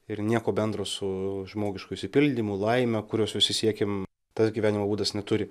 ir nieko bendro su žmogišku išsipildymu laime kurios visi siekiam tas gyvenimo būdas neturi